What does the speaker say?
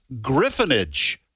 griffinage